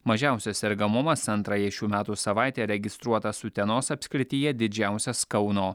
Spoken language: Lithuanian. mažiausias sergamumas antrąją šių metų savaitę registruotas utenos apskrityje didžiausias kauno